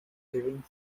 giving